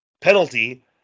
penalty